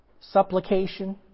supplication